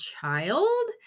child